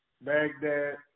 Baghdad